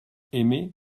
aimé